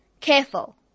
Careful